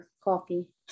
coffee